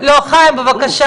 לאוצר המדינה,